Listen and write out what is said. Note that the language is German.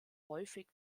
häufig